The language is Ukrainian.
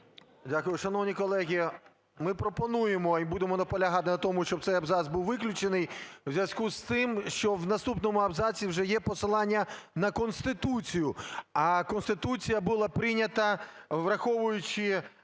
Дякую. Шановні колеги, ми пропонуємо і будемо наполягати на тому, щоб цей абзац був виключений у зв'язку з тим, що в наступному абзаці вже є посилання на Конституцію, а Конституція була прийнята, враховуючи